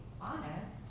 honest